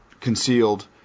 concealed